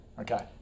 Okay